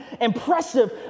impressive